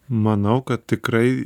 manau kad tikrai